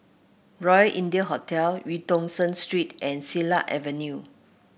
Royal India Hotel Eu Tong Sen Street and Silat Avenue